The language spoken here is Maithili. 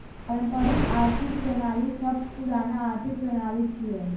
पारंपरिक आर्थिक प्रणाली सबसं पुरान आर्थिक प्रणाली छियै